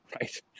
Right